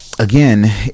Again